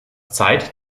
zeit